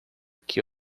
que